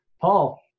Paul